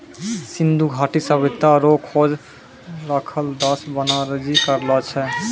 सिन्धु घाटी सभ्यता रो खोज रखालदास बनरजी करलो छै